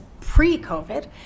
pre-covid